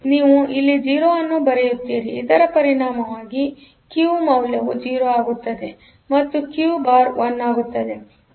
ಆದ್ದರಿಂದ ನೀವು ಇಲ್ಲಿ 0 ಅನ್ನು ಬರೆಯುತ್ತೀರಿ ಇದರ ಪರಿಣಾಮವಾಗಿ ಕ್ಯೂ ಮೌಲ್ಯವು 0 ಆಗುತ್ತದೆ ಮತ್ತು Q ಬಾರ್ 1 ಆಗುತ್ತದೆ